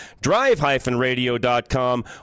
drive-radio.com